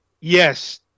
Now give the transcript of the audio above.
Yes